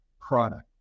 product